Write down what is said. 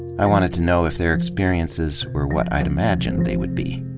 i wanted to know if their experiences were what i'd imagined they would be.